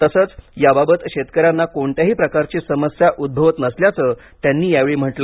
तसंच याबाबत शेतकऱ्यांना कोणत्याही प्रकारची समस्या उद्भवत नसल्याचं त्यांनी यावेळी सांगितलं